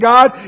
God